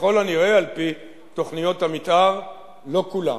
ככל הנראה, על-פי תוכניות המיתאר, לא כולם.